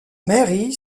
mary